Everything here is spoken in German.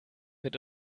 wird